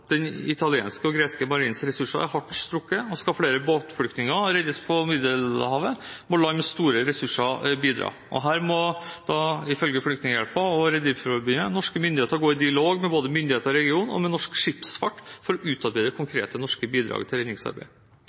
Den italienske og greske marines ressurser er hardt strukket, og skal flere båtflyktninger i Middelhavet reddes, må land med store ressurser bidra. Her må, ifølge Flyktninghjelpen og Rederiforbundet, norske myndigheter gå i dialog med både myndigheter og region, og med norsk skipsfart, for å utarbeide konkrete norske bidrag til